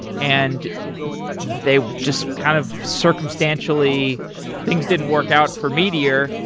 and they just kind of circumstantially things didn't work out for meteor,